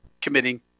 committing